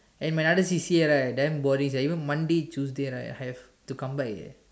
and my other C_C_A right damn boring sia even Monday Tuesday right I have to come back eh